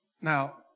Now